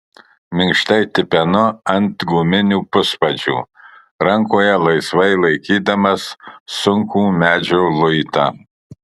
minkštai tipenu ant guminių puspadžių rankoje laisvai laikydamas sunkų medžio luitą